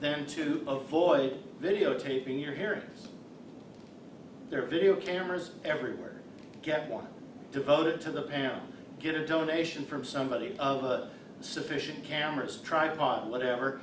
then to avoid videotaping you're hearing there are video cameras everywhere to get one devoted to the panel get a donation from somebody of a sufficient cameras tripod whatever